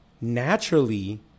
naturally